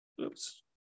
Oops